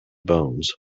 bones